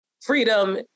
freedom